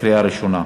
בקריאה ראשונה.